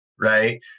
Right